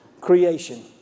creation